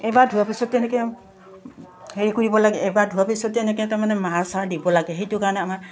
এবাৰ ধোৱাৰ পিছত তেনেকৈ হেৰি কৰিব লাগে এবাৰ ধোৱাৰ পিছত তেনেকৈ তাৰমানে মাৰ চাৰ দিব লাগে সেইটো কাৰণে আমাৰ